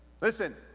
listen